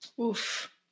Oof